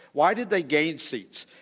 why did they gain seats?